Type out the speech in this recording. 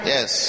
Yes